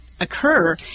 occur